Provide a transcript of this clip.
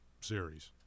Series